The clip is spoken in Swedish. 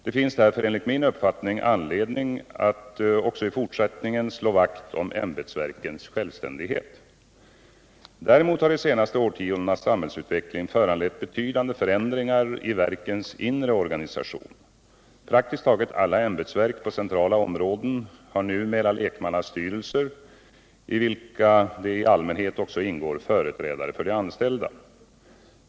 Det finns därför enligt min uppfattning anledning att även i fortsättningen slå vakt om ämbetsverkens självständighet. Däremot har de senaste årtiondenas samhällsutveckling föranlett betydande förändringar i verkens inre organisation. Praktiskt taget alla ämbetsverk på centrala områden har numera lekmannastyrelser i vilka det i allmänhet också ingår företrädare för de anställda.